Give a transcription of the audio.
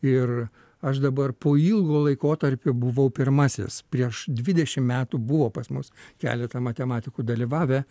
ir aš dabar po ilgo laikotarpio buvau pirmasis prieš dvidešimt metų buvo pas mus keletą matematikų dalyvavę